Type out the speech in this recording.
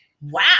wow